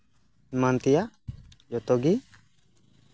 ᱮᱢᱟᱱ ᱛᱮᱭᱟᱜ ᱡᱚᱛᱚ ᱜᱮ